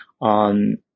on